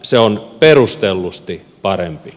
se on perustellusti parempi